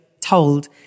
told